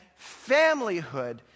familyhood